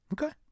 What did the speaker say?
Okay